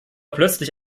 plötzlich